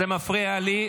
זה מפריע לי,